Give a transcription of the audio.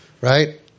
Right